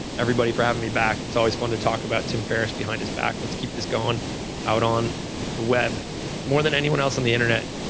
everybody, for having me back. it's always fun to talk about tim ferriss behind his back. let's keep this going out on the web more than anyone else on the internet,